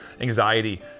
anxiety